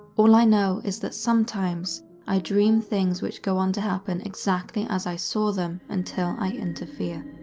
all i know is that sometimes i dream things which go on to happen exactly as i saw them until i interfere.